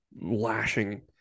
lashing